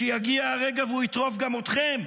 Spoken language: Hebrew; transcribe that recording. וכשיגיע הרגע הוא יטרוף גם אתכם?